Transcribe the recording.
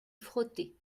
frotter